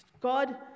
God